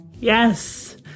Yes